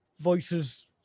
voices